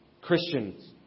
Christians